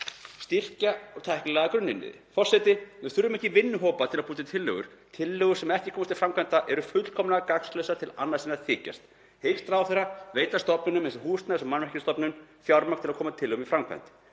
styrkja tæknilega grunninnviði. Forseti. Við þurfum ekki vinnuhópa til að búa til tillögur. Tillögur sem ekki komast til framkvæmda eru fullkomlega gagnslausar til annars en að þykjast. Hyggst ráðherra veita stofnunum eins og Húsnæðis- og mannvirkjastofnun fjármagn til að koma tillögum í framkvæmd?